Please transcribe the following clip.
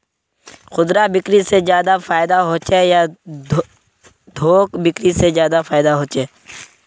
खुदरा बिक्री से ज्यादा फायदा होचे या थोक बिक्री से ज्यादा फायदा छे?